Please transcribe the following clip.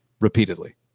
repeatedly